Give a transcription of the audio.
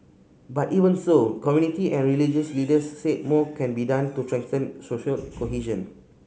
but even so community and religious leaders said more can be done to strengthen social cohesion